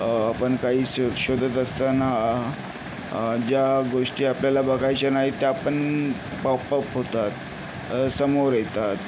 आपण काही श शोधत असताना ज्या गोष्टी आपल्याला बघायच्या नाहीत त्या पण पॉपअप होतात समोर येतात